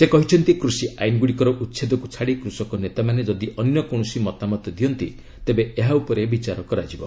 ସେ କହିଛନ୍ତି କୃଷି ଆଇନ୍ଗୁଡ଼ିକର ଉଚ୍ଛେଦକୁ ଛାଡ଼ି କୃଷକନେତାମାନେ ଯଦି ଅନ୍ୟ କୌଣସି ମତାମତ ଦିଅନ୍ତି ତେବେ ଏହା ଉପରେ ବିଚାର କରାଯିବ